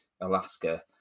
Alaska